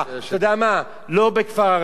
אתה יודע מה, לא בכפר ערבי.